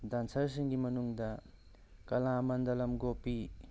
ꯗꯥꯟꯁꯔꯁꯤꯡꯒꯤ ꯃꯅꯨꯡꯗ ꯀꯂꯥ ꯃꯥꯟꯗꯂꯝ ꯒꯣꯄꯤ